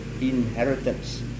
inheritance